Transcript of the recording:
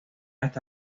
hasta